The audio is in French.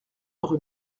rue